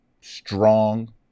strong